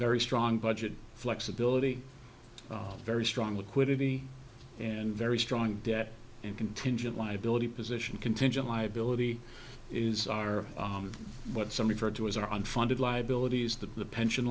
very strong budget flexibility very strong liquidity and very strong debt and contingent liability position contingent liability is our what some referred to as our unfunded liabilities that the pension